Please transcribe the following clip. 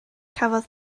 cafodd